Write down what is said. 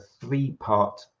three-part